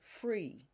free